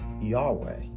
Yahweh